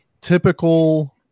typical